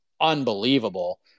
unbelievable